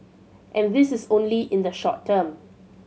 and this is only in the short term